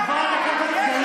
חבר הכנסת,